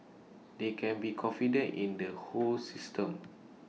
they can be confident in the whole system